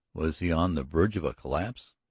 was he on the verge of a collapse?